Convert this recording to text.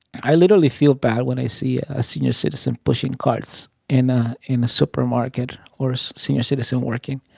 i literally feel bad when i see a senior citizen pushing carts in ah in a supermarket or a senior citizen working.